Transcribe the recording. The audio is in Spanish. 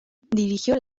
dirigió